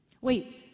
Wait